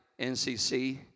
NCC